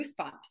goosebumps